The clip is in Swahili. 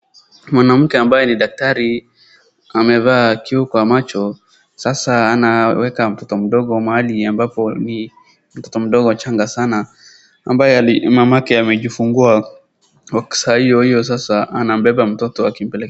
Mwanamke ambaye ni daktari, amevaa kioo kwa macho, sasa anaweka mtoto mdogo mahali ambapo ni mtoto mdogo mchanga sana, ambaye mamake amejifungua saa hiyo hiyo, sasa anambeba mtoto akimpeleka.